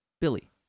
Billy